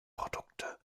produkte